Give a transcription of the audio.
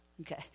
okay